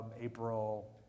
April